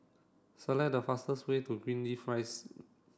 select the fastest way to Greenleaf Rise